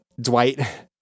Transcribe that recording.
Dwight